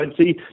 see